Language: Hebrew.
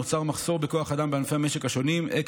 נוצר מחסור בכוח אדם בענפי המשק השונים הן